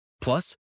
Plus